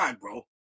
bro